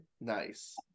nice